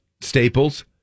staples